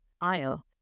aisle